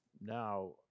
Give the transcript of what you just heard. Now